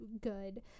good